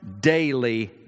daily